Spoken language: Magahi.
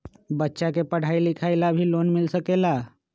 बच्चा के पढ़ाई लिखाई ला भी लोन मिल सकेला?